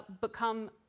become